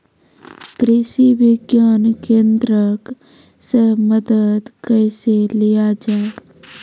कृषि विज्ञान केन्द्रऽक से मदद कैसे लिया जाय?